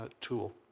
tool